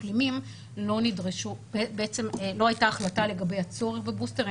מחלימים, לא הייתה החלטה לגבי הצורך בבוסטר.